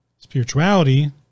Spirituality